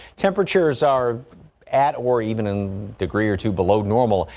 temperatures are at or even in degree or two below normal.